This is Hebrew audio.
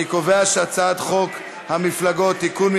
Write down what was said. אני קובע שהצעת חוק המפלגות (תיקון,